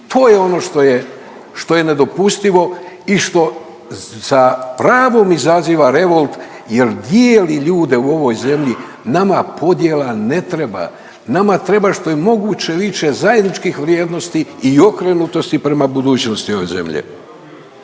To je ono što je nedopustivo i što sa pravom izaziva revolt jer dijeli ljude u ovoj zemlji. Nama podjela ne treba, nama treba što je moguće više zajedničkih vrijednosti i okrenutosti prema budućnosti ove zemlje.